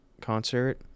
concert